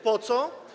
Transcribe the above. Po co?